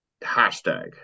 Hashtag